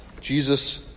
Jesus